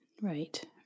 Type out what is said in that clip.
Right